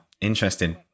interesting